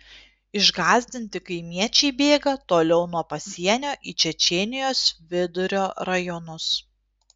išgąsdinti kaimiečiai bėga toliau nuo pasienio į čečėnijos vidurio rajonus